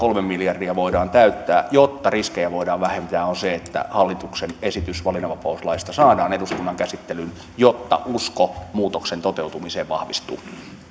kolme miljardia voidaan täyttää jotta riskejä voidaan vähentää on se että hallituksen esitys valinnanvapauslaista saadaan eduskunnan käsittelyyn jotta usko muutoksen toteutumiseen vahvistuu